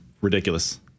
Ridiculous